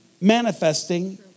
manifesting